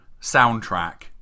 soundtrack